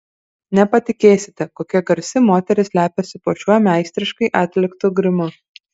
nepatikėsite kokia garsi moteris slepiasi po šiuo meistriškai atliktu grimu